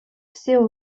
все